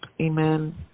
Amen